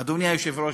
אדוני היושב-ראש,